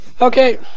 Okay